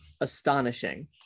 astonishing